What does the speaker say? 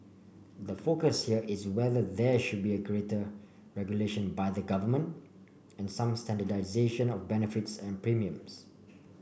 the focus here is whether there should be greater regulation by the government and some standardisation of benefits and premiums